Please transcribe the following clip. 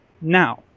Now